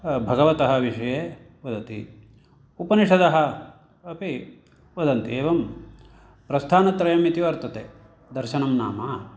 भगवतः विषये वदति उपनिषदः अपि वदन्ति एवं प्रस्थानत्रयमिति वर्तते दर्शनं नाम